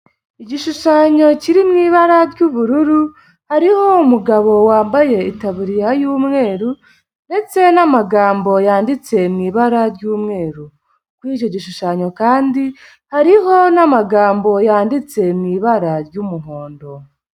Igishushanyo kiri mu ibara ry'ubururu ariho umugabo wambaye itaburiya y'umweru ndetse n'amagambo yanditse mu ibara ry'umweru, kuri icyo gishushanyo kandi hariho n'amagambo yanditse mu ibara ry'umuhondo.